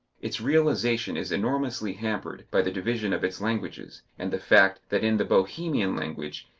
its realization is enormously hampered by the division of its languages, and the fact that in the bohemian language,